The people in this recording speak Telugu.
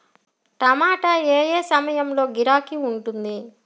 టమాటా ఏ ఏ సమయంలో గిరాకీ ఉంటుంది?